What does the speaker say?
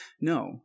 No